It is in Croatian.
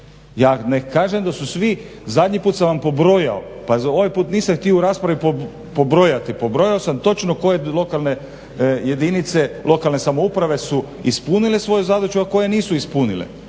Ja ne kažem da su svi, zadnji put sam vam pobrojao, pa ovaj put nisam htio u raspravi pobrojati, pobrojao sam točno koje lokalne jedinice lokalne samouprave su ispunile svoju zadaću, a koje nisu ispunile.